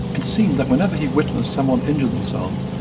and seemed that whenever he witnessed someone injure themselves,